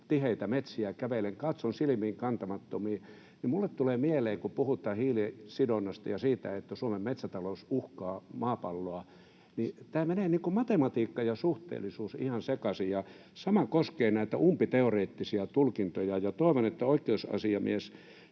umpitiheitä metsiä kävelen, katson silmiinkantamattomiin, niin minulle tulee mieleen, kun puhutaan hiilisidonnasta ja siitä, että Suomen metsätalous uhkaa maapalloa, niin tässä menee niin kuin matematiikka ja suhteellisuus ihan sekaisin. Sama koskee näitä umpiteoreettisia tulkintoja. Toivon, että oikeusasiamies